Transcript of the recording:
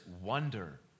wonder